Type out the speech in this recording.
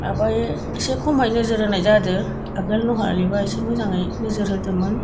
माबायो एसे खमै नोजोर होनाय जादों आगोल नहालेबा एसे मोजाङै नोजोर होदोंमोन